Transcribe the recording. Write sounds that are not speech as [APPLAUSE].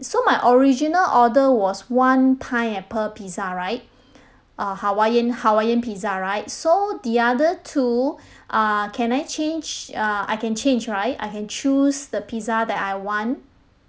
so my original order was one pineapple pizza right [BREATH] uh hawaiian hawaiian pizza right so the other two [BREATH] err can I change uh I can change right I can choose the pizza that I want